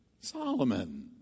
Solomon